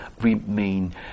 remain